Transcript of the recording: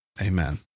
Amen